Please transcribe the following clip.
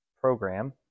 program